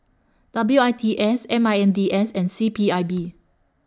W I T S M I N D S and C P I B